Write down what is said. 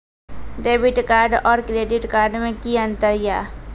Debit card और credit card मे कि अंतर या?